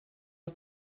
aus